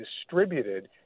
distributed